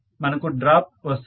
మనకు డ్రాప్ వస్తుంది